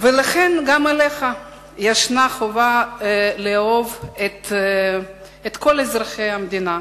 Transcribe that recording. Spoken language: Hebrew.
לכן, גם עליך ישנה חובה לאהוב את אזרחי המדינה,